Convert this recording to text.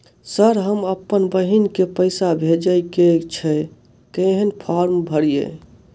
Sir हम अप्पन बहिन केँ पैसा भेजय केँ छै कहैन फार्म भरीय?